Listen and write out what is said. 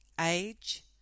age